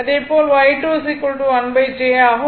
அதேபோல் Y2 1 j ஆகும்